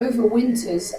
overwinters